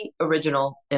original